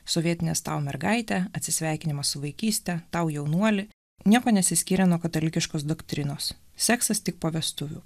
sovietinės tau mergaite atsisveikinimas su vaikyste tau jaunuoli niekuo nesiskyrė nuo katalikiškos doktrinos seksas tik po vestuvių